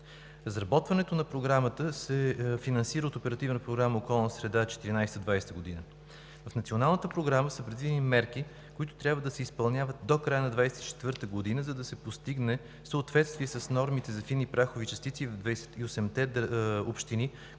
Разработването на Програмата се финансира от Оперативна програма „Околна среда 2014 – 2020 г.“. В Националната програма са предвидени мерки, които трябва да се изпълняват до края на 2024 г., за да се постигне съответствие с нормите за фини прахови частици в 28-те общини,